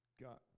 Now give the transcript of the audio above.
got